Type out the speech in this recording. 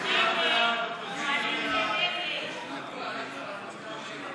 ההסתייגות (282) של חברת הכנסת קארין אלהרר לסעיף 1 לא